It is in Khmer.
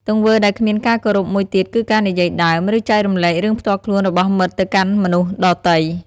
ទង្វើដែលគ្មានការគោរពមួយទៀតគឺការនិយាយដើម ឬចែករំលែករឿងផ្ទាល់ខ្លួនរបស់មិត្តទៅកាន់មនុស្សដទៃ។